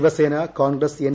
Shiv Sena Congress N